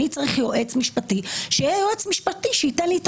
אני צריך יועץ משפטי שיהיה יועץ משפטי שייתן לי את